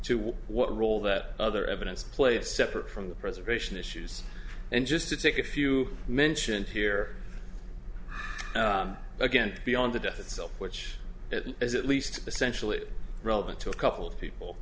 to what role that other evidence played separate from the preservation issues and just to take a few mentioned here again beyond the death itself which is at least essentially relevant to a couple of people